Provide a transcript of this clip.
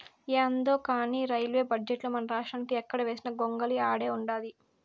యాందో కానీ రైల్వే బడ్జెటుల మనరాష్ట్రానికి ఎక్కడ వేసిన గొంగలి ఆడే ఉండాది